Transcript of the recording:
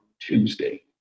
Tuesday